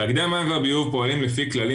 תאגידי המים והביוב פועלים לפי כללים